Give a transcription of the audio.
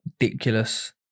ridiculous